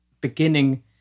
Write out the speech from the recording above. beginning